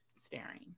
staring